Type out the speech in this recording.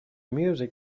music